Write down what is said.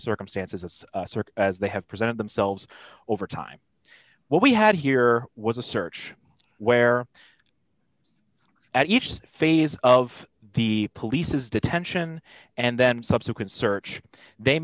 circumstances as as they have presented themselves over time what we had here was a search where at each phase of the police's detention and then subsequent search they